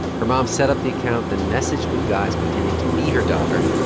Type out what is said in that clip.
her mom set up the account, then messaged with guys, pretending to be her daughter.